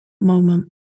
moment